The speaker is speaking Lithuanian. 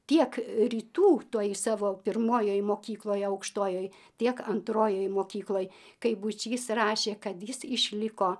tiek rytų toj savo pirmojoj mokykloje aukštojoj tiek antrojoj mokykloj kai būčys rašė kad jis išliko